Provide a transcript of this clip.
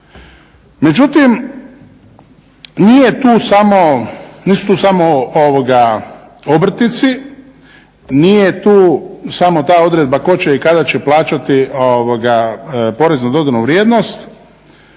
tu samo, nisu tu samo obrtnici, nije tu samo ta odredba tko će i kada će plaćati porez na dodanu vrijednost.